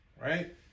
Right